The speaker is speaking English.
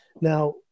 Now